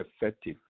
effective